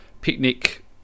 picnic